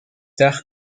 tard